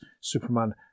Superman